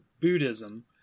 buddhism